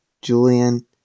Julian